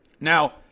Now